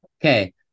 Okay